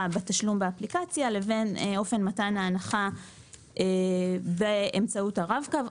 בתשלום באפליקציה לבין אופן מתן ההנחה באמצעות הרב קו.